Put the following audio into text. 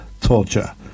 torture